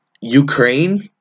Ukraine